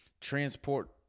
transport